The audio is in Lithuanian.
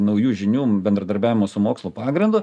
naujų žinių bendradarbiavimo su mokslu pagrindu